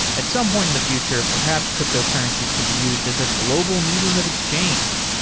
at some point in the future, perhaps cryptocurrencies can be used as a global medium of exchange,